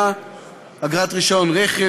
אגרת רישיון נהיגה,